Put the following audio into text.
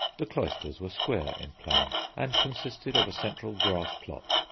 the cloisters were square in plan and consisted of a central grass plot,